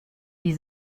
die